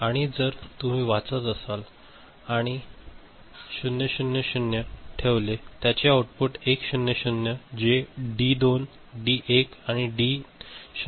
आणि जर तुम्ही वाचत असाल आणि आहे 0 0 0 ठेवले त्याचे आउटपुट 1 0 0 जे डी 2 डी 1 आणि डी नॉट मधून येईल